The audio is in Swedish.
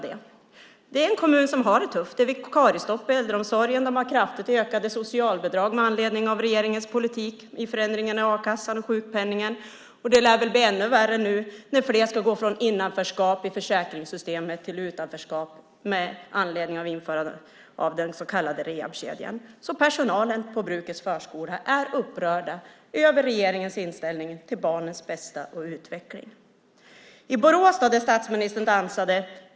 Detta är en kommun som har det tufft. Det är vikariestopp i äldreomsorgen, och de har kraftigt ökade kostnader för socialbidrag med anledning av regeringens politik med förändringarna i a-kassan och sjukpenningen. Ännu värre lär det väl bli nu när fler ska gå från innanförskap i försäkringssystemet till utanförskap i och med införandet av den så kallade rehabkedjan. Personalen på Brukets förskola är alltså upprörd över regeringens inställning till barnens bästa och deras utveckling. Statsministern dansade i Borås.